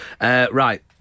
Right